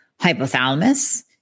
hypothalamus